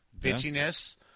Bitchiness